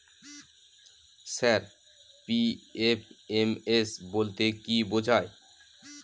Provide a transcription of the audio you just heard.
Sir PFMS বলতে কি বোঝায়?